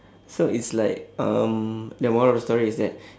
so it's like um the moral of the story is that